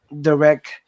direct